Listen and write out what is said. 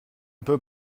peut